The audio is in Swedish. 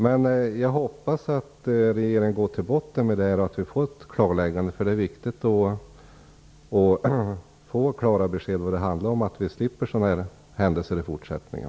Men jag hoppas att regeringen går till botten med frågan och att vi får ett klarläggande. Det är viktigt att få klara besked om vad det handlar om, så att vi slipper sådana här händelser i fortsättningen.